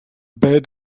bird